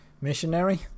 Missionary